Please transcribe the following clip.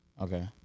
Okay